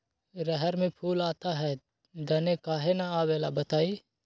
रहर मे फूल आता हैं दने काहे न आबेले बताई?